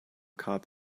cobb